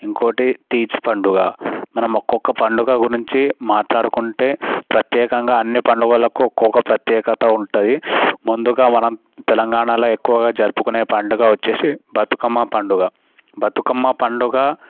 ఇంకోటి తీజ్ పండగ మనం ఒక్కొక్క పండగ గురించి మాట్లాడుకుంటే ప్రత్యేకంగా అన్నీ పండగలకు ఒక్కొక్క ప్రత్యేకత ఉంటుంది ముందుగా మనం తెలంగాణలో ఎక్కువగా జరుపుకునే పండగ వచ్చేసి బతుకమ్మ పండగ బతుకమ్మ పండగ